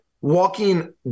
walking